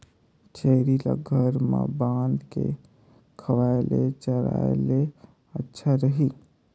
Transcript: छेरी ल घर म बांध के खवाय ले चराय ले अच्छा रही?